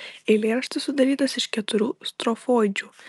eilėraštis sudarytas iš keturių strofoidžių